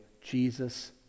Jesus